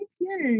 yes